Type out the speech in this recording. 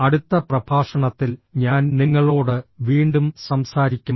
അടുത്ത പ്രഭാഷണത്തിൽ ഞാൻ നിങ്ങളോട് വീണ്ടും സംസാരിക്കും